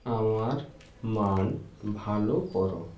আমার মান ভালো করো